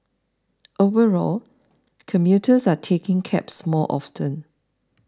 overall commuters are taking cabs more often